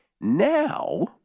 Now